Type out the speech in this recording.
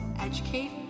educate